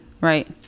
right